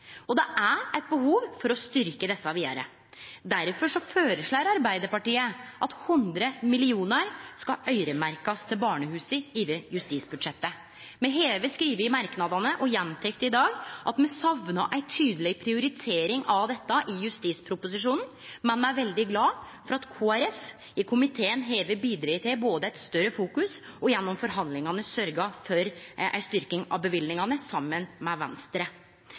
Og det er eit behov for å styrkje dette vidare. Derfor føreslår Arbeidarpartiet at 100 mill. kr skal øyremerkjast til barnehusa over justisbudsjettet. Me har skrive i merknadene, og gjentek i dag, at me saknar ei tydeleg prioritering av dette i justisproposisjonen, men me er veldig glade for at Kristeleg Folkeparti i komiteen har bidrege til både ei større merksemd om og gjennom forhandlingane sørgd for ei styrking av løyvingane saman med Venstre.